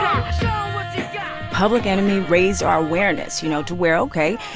um yeah public enemy raised our awareness, you know, to where, ok,